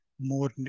more